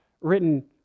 written